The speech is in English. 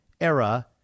era